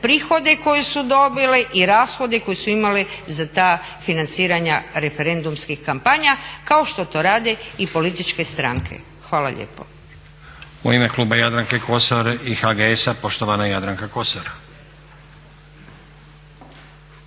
prihode koje su dobile i rashode koje su imale za ta financiranja referendumskim kampanja kao što to rade i političke stranke. Hvala lijepo. **Stazić, Nenad (SDP)** U ime Kluba Jadranke Kosor i HGS-a poštovana Jadranka Kosor.